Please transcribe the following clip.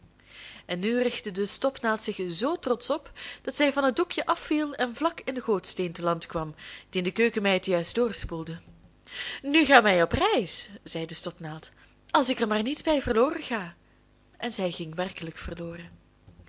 en nu richtte de stopnaald zich zoo trotsch op dat zij van het doekje afviel en vlak in den gootsteen te land kwam dien de keukenmeid juist doorspoelde nu gaan wij op reis zei de stopnaald als ik er maar niet bij verloren ga en zij ging werkelijk verloren